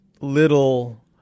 little